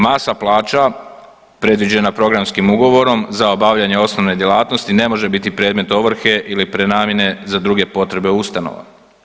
Masa plaća predviđena programskim ugovorom za obavljanje osnovne djelatnosti ne može biti predmet ovrhe ili prenamjene za druge potrebe ustanova.